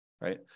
right